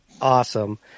awesome